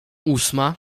ósma